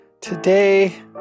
Today